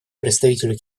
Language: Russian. представителю